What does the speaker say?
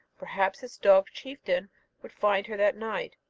perhaps his dog chieftain would find her that night.